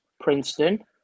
Princeton